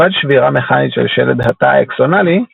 מלבד שבירה מכנית של שלד התא האקסונלי,